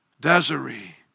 Desiree